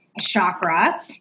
chakra